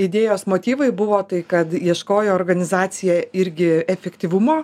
idėjos motyvai buvo tai kad ieškojo organizacija irgi efektyvumo